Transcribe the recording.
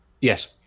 Yes